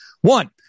One